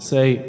Say